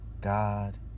God